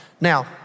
now